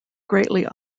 greatly